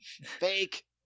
fake